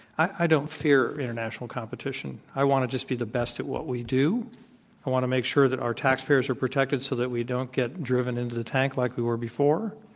i don't fear international competition. i want to just be the best at what we do. i want to make sure that our taxpayers are protected so that we don't get driven into the tank like we were before.